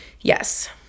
Yes